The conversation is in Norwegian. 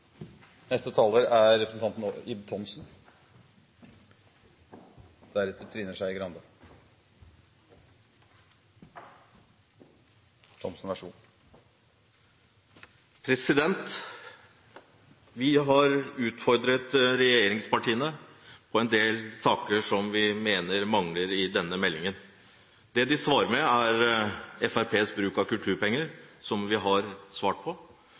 Vi har utfordret regjeringspartiene på en del saker som vi mener mangler i denne meldingen. Det de svarer med, er Fremskrittspartiets bruk av kulturpenger, som vi har svart på,